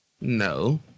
No